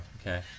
okay